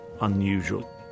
unusual